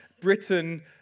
Britain